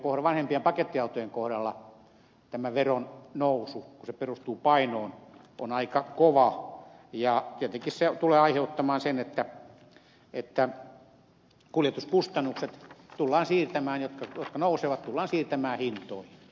myöskin vanhempien pakettiautojen kohdalla tämä veron nousu kun se perustuu painoon on aika kova ja tietenkin se tulee aiheuttamaan sen että kuljetuskustannukset jotka nousevat tullaan siirtämään hintoihin